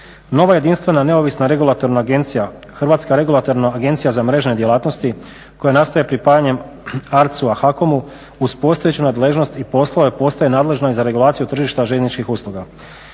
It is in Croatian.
Nova jedinstvena neovisna regulatorna agencija, Hrvatska regulatorna agencija za mrežne djelatnosti koja nastaje pripajanjem ARCU-a HAKOM-u uz postojeću nadležnost i poslove postaje nadležno i za regulaciju tržišta željezničkih usluga.